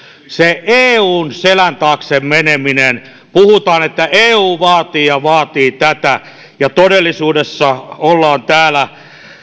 se eun selän taakse meneminen puhutaan että eu vaatii sitä ja vaatii tätä ja todellisuudessa ollaan täällä